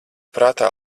prātā